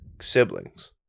siblings